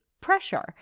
pressure